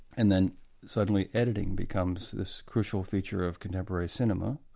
and then suddenly editing becomes this crucial feature of contemporary cinema,